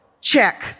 Check